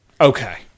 Okay